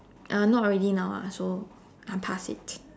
uh not really now ah so I'm past it